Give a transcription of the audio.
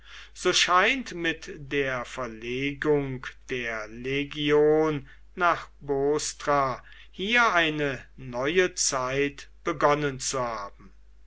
so scheint mit der verlegung der legion nach bostra hier eine neue zeit begonnen zu haben